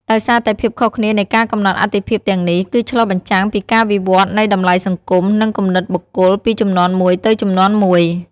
ដោយសារតែភាពខុសគ្នានៃការកំណត់អាទិភាពទាំងនេះ គឺឆ្លុះបញ្ចាំងពីការវិវត្តន៍នៃតម្លៃសង្គម និងគំនិតបុគ្គលពីជំនាន់មួយទៅជំនាន់មួយ។